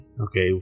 Okay